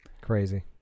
Crazy